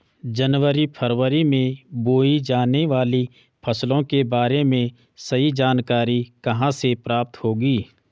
जनवरी फरवरी में बोई जाने वाली फसलों के बारे में सही जानकारी कहाँ से प्राप्त होगी?